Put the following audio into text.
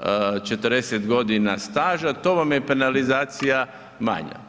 40 godina staža to vam je penalizacija manja.